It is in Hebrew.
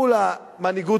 מול המנהיגות